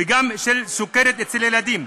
וגם של סוכרת אצל ילדים,